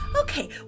Okay